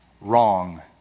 wrong